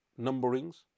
numberings